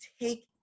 take